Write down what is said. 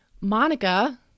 Monica